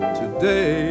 today